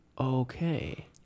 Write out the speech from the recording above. Okay